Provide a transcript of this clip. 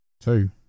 Two